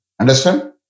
Understand